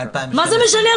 מה זה משנה?